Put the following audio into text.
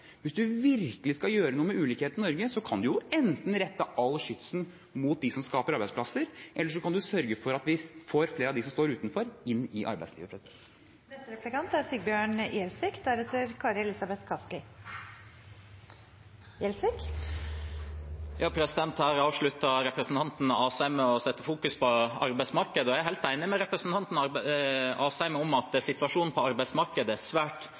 Hvis man virkelig vil gjøre noe med ulikhetene i Norge, kan man enten rette alt skytset mot dem som skaper arbeidsplasser, eller man kan sørge for at flere av dem som står utenfor, kommer inn i arbeidslivet. Her avsluttet representanten Asheim med å fokusere på arbeidsmarkedet. Jeg er helt enig med representanten Asheim i at situasjonen på arbeidsmarkedet er svært